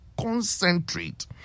concentrate